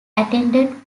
attended